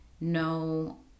no